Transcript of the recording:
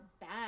bad